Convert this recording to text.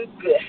good